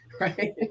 right